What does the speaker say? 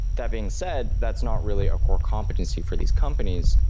that being said, that's not really a core competency for these companies.